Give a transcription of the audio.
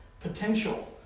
potential